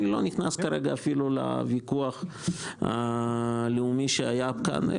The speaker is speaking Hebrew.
אני לא נכנס כרגע לוויכוח הלאומי שהיה כאן,